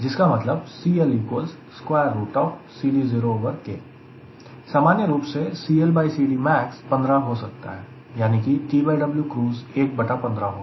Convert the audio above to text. जिसका मतलब सामान्य रूप से CLCDmax 15 हो सकता है यानी कि TW क्रूज़ 1 बटा 15 होगा